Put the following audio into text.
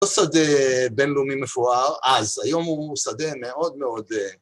לא שדה בינלאומי מפואר אז, היום הוא שדה מאוד מאוד הא...